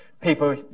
People